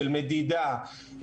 של מדידה,